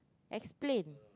explain